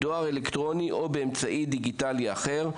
בדואר אלקטרוני או באמצעי דיגיטלי אחר.